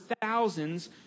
thousands